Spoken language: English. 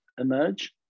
emerge